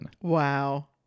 wow